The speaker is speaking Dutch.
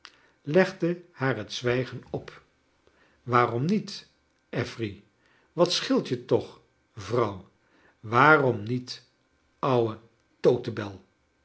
legde haar het zywijgen op waarom niet affery wat scheelt je toch vrouw waarom niet ouwe totebel